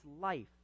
life